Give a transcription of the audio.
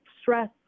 stress